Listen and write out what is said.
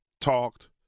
talked